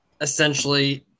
essentially